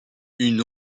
une